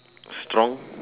strong